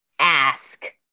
ask